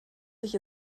sich